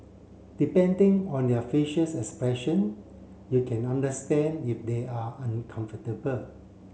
depending on their facials expression you can understand if they are uncomfortable